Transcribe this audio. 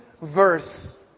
verse